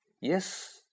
Yes